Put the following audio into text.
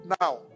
Now